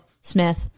Smith